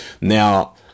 Now